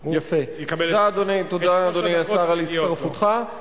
הוא יקבל את שלוש הדקות המגיעות לו.